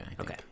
okay